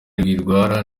rwigara